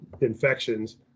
infections